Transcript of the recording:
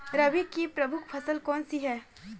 रबी की प्रमुख फसल कौन सी है?